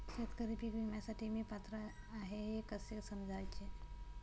शेतकरी पीक विम्यासाठी मी पात्र आहे हे कसे समजायचे?